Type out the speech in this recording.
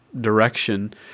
direction